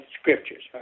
scriptures